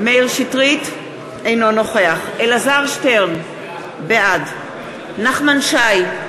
אינו נוכח אלעזר שטרן, בעד נחמן שי,